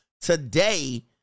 Today